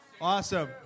Awesome